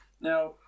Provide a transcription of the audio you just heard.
Now